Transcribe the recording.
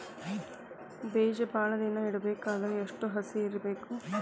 ಬೇಜ ಭಾಳ ದಿನ ಇಡಬೇಕಾದರ ಎಷ್ಟು ಹಸಿ ಇರಬೇಕು?